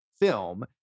film